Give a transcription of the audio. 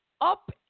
up